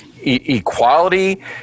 equality